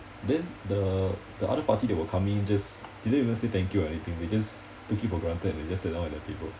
then the the other party they were coming in just didn't even say thank you or anything they just took it for granted and they just sat down at the table